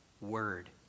word